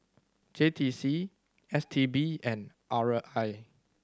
J T C S T B and R I